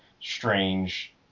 strange